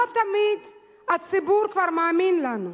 לא תמיד הציבור מאמין לנו.